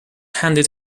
handed